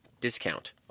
discount